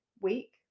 week